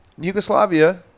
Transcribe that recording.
Yugoslavia